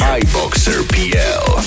iboxerpl